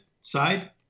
side